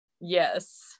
Yes